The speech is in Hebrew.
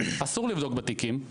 אסור לבדוק בתיקים,